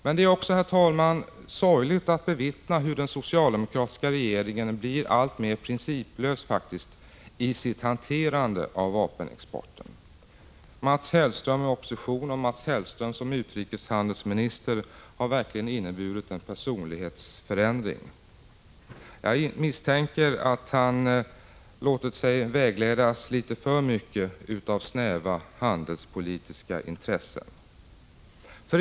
Men det är också, herr talman, sorgligt att bevittna hur den socialdemokratiska regeringen faktiskt blir alltmer principlös i sitt hanterande av vapenexporten. Mats Hellström i opposition och Mats Hellström som utrikeshandelsminister har inneburit en personlighetsförändring. Jag misstänker att han litet för mycket låtit sig vägledas av snäva handelspolitiska intressen.